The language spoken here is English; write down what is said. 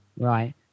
right